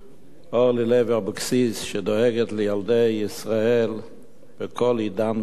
אורלי לוי אבקסיס שדואגת לילדי ישראל בכל עידן ועידן,